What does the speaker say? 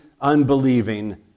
unbelieving